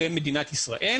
למדינת ישראל,